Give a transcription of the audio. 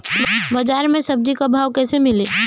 बाजार मे सब्जी क भाव कैसे मिली?